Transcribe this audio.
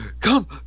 come